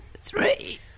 three